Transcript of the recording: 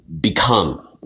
become